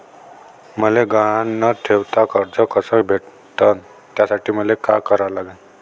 मले गहान न ठेवता कर्ज कस भेटन त्यासाठी मले का करा लागन?